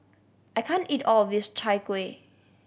I can't eat all of this Chai Kueh